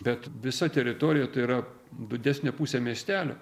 bet visa teritorija tai yra didesnė pusė miestelio